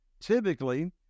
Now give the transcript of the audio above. typically